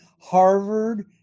Harvard